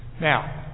Now